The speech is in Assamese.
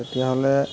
তেতিয়াহ'লে